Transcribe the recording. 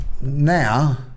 now